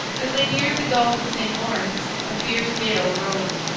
as they neared the gulf of st lawrence a fierce gale arose,